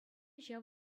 ҫав